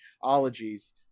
Ologies